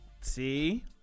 See